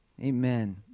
Amen